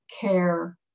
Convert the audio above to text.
care